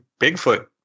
Bigfoot